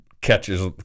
catches